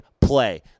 play